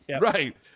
Right